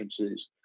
agencies